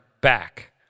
back